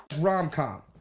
Rom-com